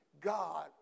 God